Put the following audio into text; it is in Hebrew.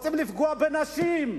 רוצים לפגוע בנשים,